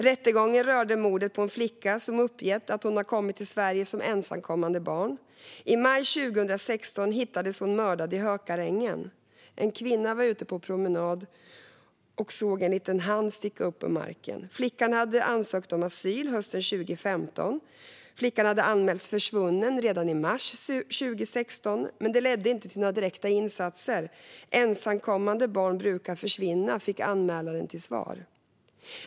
Rättegången rörde mordet på en flicka som uppgett att hon kommit till Sverige som ensamkommande barn. I maj 2016 hittades hon mördad i Hökarängen. En kvinna som var ute på promenad såg en liten hand sticka upp ur marken. Flickan hade ansökt om asyl hösten 2015. Flickan hade anmälts försvunnen redan i mars 2016, men det ledde inte till några direkta insatser. Ensamkommande barn brukar försvinna, fick anmälaren till svar.